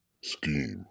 scheme